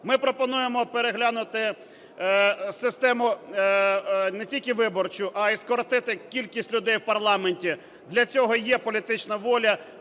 Ми пропонуємо переглянути систему не тільки виборчу, а і скоротити кількість людей в парламенті, для цього є політична воля,